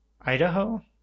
Idaho